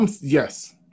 Yes